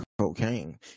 cocaine